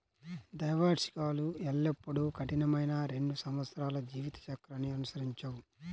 ద్వైవార్షికాలు ఎల్లప్పుడూ కఠినమైన రెండు సంవత్సరాల జీవిత చక్రాన్ని అనుసరించవు